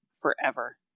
forever